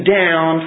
down